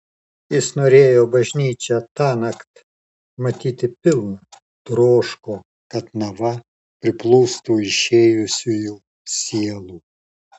jis norėjo bažnyčią tąnakt matyti pilną troško kad nava priplūstų išėjusiųjų sielų